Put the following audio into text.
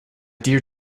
dear